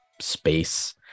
space